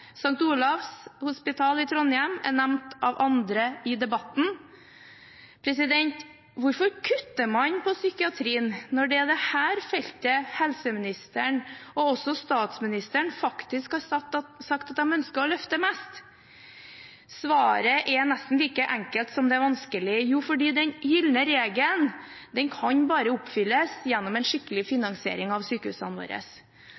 St. Olavs hospital i Trondheim er nevnt av andre i debatten. Hvorfor kutter man på psykiatrien når det er dette feltet helseministeren og også statsministeren faktisk har sagt at de ønsker å løfte mest? Svaret er nesten like enkelt som det er vanskelig: Jo, fordi den gylne regel bare kan oppfylles gjennom en skikkelig finansiering av sykehusene våre.